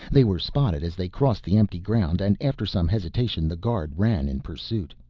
they were spotted as they crossed the empty ground and after some hesitation the guard ran in pursuit.